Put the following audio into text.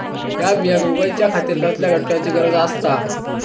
हया बियांक उगौच्या खातिर कसल्या घटकांची गरज आसता?